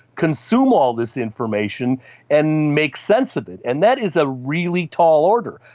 consume all this information and make sense of it, and that is a really tall order.